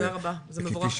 תודה רבה, זה מבורך.